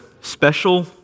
special